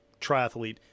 triathlete